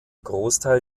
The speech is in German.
großteil